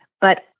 but-